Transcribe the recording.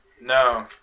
No